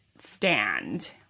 stand